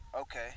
Okay